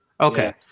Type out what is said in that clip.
Okay